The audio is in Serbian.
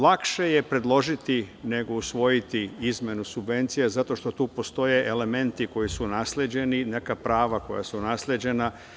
Lakše je predložiti nego usvojiti izmenu subvencija, zato što tu postoje elementi koji su nasleđeni, neka prava koja su nasleđena.